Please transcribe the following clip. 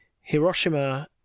Hiroshima